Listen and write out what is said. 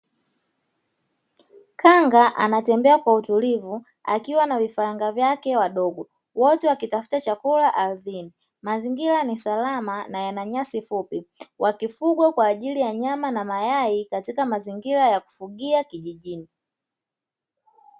Kanga anatembea kwa utulivu akiwa na vifaranga vyake wadogo wote wakitafuta chakula ardhini, mazingira ni salama na yana nyasi fupi wakifugwa kwaajili ya nyama na mayai katika mazingira ya kufugia kijijini.